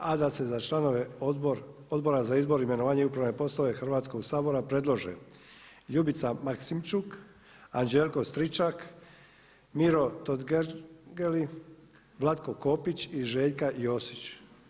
A da se za članove Odbora za izbor, imenovanje i upravne poslove Hrvatskog sabora predlože Ljubica Maksimčuk, Anđelko Stričak, Miro Totgergeli, Vlatko Kopić i Željka Josić.